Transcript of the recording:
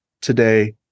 today